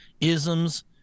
isms